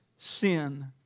sin